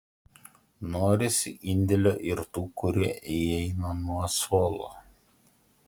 norisi indėlio ir tų kurie įeina nuo suolo